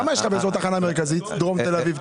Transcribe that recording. כמה יש לך באזור התחנה המרכזית בדרום תל אביב?